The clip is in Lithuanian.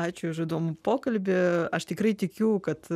ačiū už įdomų pokalbį aš tikrai tikiu kad